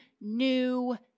new